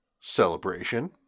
Celebration